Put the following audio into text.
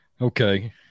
Okay